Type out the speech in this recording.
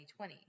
2020